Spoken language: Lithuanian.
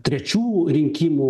trečių rinkimų